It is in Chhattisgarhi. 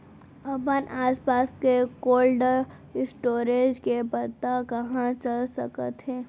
अपन आसपास के कोल्ड स्टोरेज के पता कहाँ चल सकत हे?